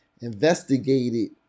investigated